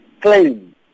claim